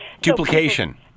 Duplication